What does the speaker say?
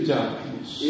darkness